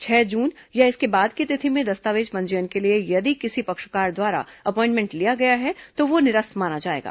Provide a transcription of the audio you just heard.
छह जून या इसके बाद की तिथि में दस्तावेज पंजीयन के लिए यदि किसी पक्षकार द्वारा अपॉइमेंट लिया गया है तो वह निरस्त माना जाएगा